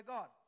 God